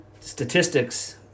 statistics